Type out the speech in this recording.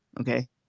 Okay